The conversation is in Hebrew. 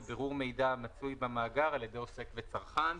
ובירור מידע המצוי במאגר על ידי עוסק וצרכן.